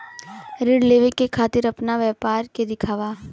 ऋण लेवे के खातिर अपना व्यापार के दिखावा?